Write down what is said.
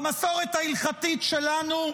במסורת ההלכתית שלנו,